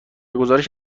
گزارش